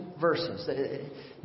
verses